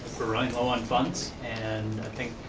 we're running low on funds and, i think,